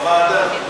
הוועדה.